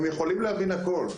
הם יכולים להבין את הכול.